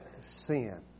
sin